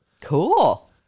cool